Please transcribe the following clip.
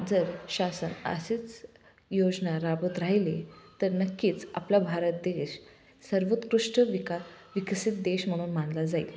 जर शासन अशीच योजना राबवत राहिली तर नक्कीच आपला भारत देश सर्वोत्कृष्ट विका विकसित देश म्हणून मानला जाईल